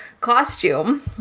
costume